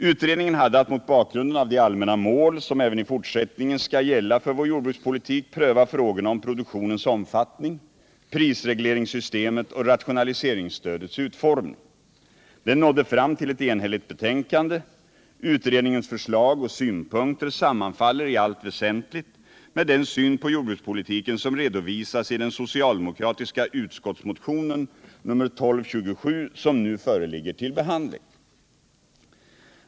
Utredningen hade att mot bakgrund av de allmänna mål, som även i fortsättningen skall gälla för vår jordbrukspolitik, pröva frågorna om produktionens omfattning, prisregleringssystemet och rationaliseringsstödets utformning. Den nådde fram till ett enhälligt betänkande. Utredningens förslag och synpunkter sammanfaller i allt väsentligt med den syn på jordbrukspolitiken som redovisas i den socialdemokratiska motionen 1227 som nu föreligger till behandling.